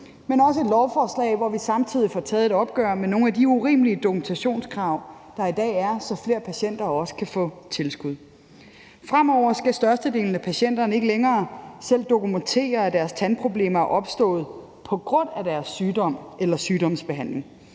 men også et lovforslag, hvor vi samtidig får taget et opgør med nogle af de urimelige dokumentationskrav, der er i dag, for at flere patienter kan få tilskud. Fremover skal størstedelen af patienterne ikke længere selv dokumentere, at deres tandproblemer er opstået på grund af deres sygdom eller sygdomsbehandling.